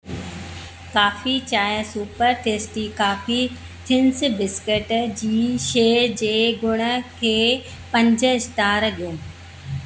coffee चांहि super tasty coffee thins biscuit जी शइ जे गुण खे पंज स्टार ॾियो